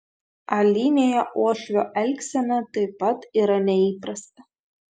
alinėje uošvio elgsena taip pat yra neįprasta